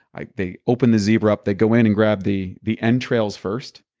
like they open the zebra up, they go in and grab the the entrails first,